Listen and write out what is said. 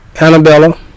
Annabella